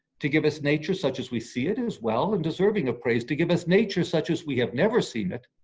to give us nature, such as we see it, is well and deserving of praise to give us nature such as we have never seen it,